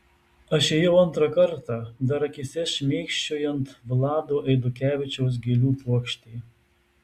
aš ėjau antrą kartą dar akyse šmėkščiojant vlado eidukevičiaus gėlių puokštei